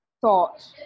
thought